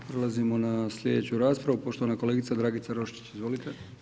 Prelazimo na slijedeću raspravu, poštovana kolegica Dragica Roščić, izvolite.